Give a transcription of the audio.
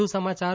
વધુ સમાચાર